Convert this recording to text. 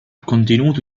contenuto